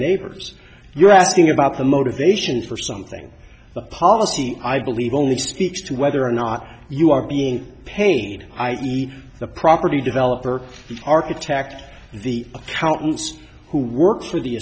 neighbors you're asking about the motivation for something the policy i believe only speaks to whether or not you are being paid i e the property developer the architect the accountants who work for the